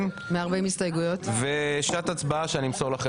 כן, ושעת הצבעה שאני אמסור לכם.